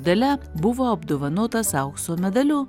dalia buvo apdovanotas aukso medaliu